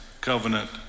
covenant